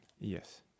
Yes